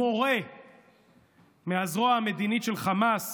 מורה מהזרוע המדינית של חמאס,